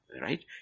Right